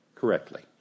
correctly